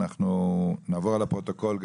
אנחנו גם נעבור על הפרוטוקול,